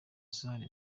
zari